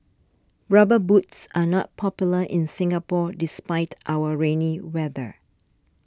rubber boots are not popular in Singapore despite our rainy weather